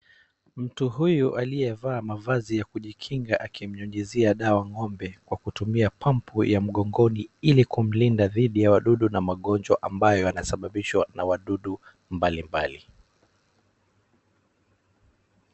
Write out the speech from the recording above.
Mtu huyu aliyevaa mavazi ya kujikinga akimnyunyizia dawa ngombe kwa kutumia pampu ya mgongoni ili kumlinda dhidi ya wadudu na magonjwa ambayo yanasababishwa na wadudu mbalimbali.